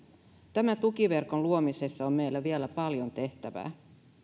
tämän tukiverkon luomisessa on meillä vielä paljon tehtävää